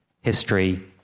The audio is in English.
history